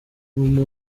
muntu